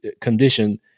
condition